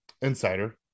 Insider